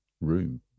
room